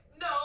No